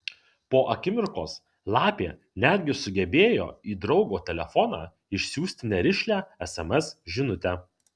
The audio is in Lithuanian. po akimirkos lapė netgi sugebėjo į draugo telefoną išsiųsti nerišlią sms žinutę